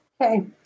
Okay